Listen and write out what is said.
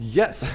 yes